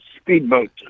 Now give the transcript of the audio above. speedboat